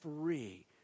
free